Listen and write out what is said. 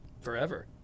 Forever